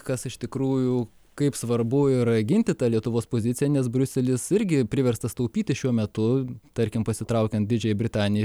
kas iš tikrųjų kaip svarbu yra ginti tą lietuvos poziciją nes briuselis irgi priverstas taupyti šiuo metu tarkim pasitraukiant didžiajai britanijai